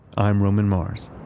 i'm roman mars